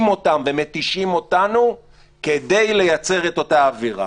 אותם ואותנו כדי לייצר את אותה אווירה.